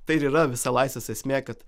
tai ir yra visa laisvės esmė kad